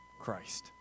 Christ